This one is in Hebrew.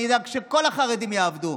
אני אדאג שכל החרדים יעבדו.